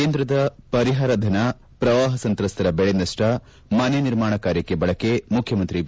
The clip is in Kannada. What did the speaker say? ಕೇಂದ್ರದ ಪರಿಹಾರಧನ ಪ್ರವಾಪ ಸಂತ್ರಸ್ತರ ಬೆಳೆ ನಷ್ಟ ಮನೆ ನಿರ್ಮಾಣ ಕಾರ್ಯಕ್ಷೆ ಬಳಕೆ ಮುಖ್ಯಮಂತ್ರಿ ಬಿ